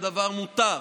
הדבר מותר,